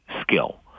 skill